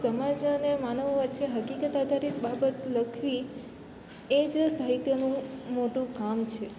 સમાજ અને માનવ વચ્ચે હકીકત આધારિત બાબત લખવી એ જ સાહિત્યનું મોટું કામ છે